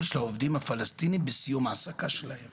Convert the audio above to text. העובדים הפלסטינים בסיום העסקה שלהם.